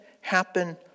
happen